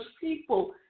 people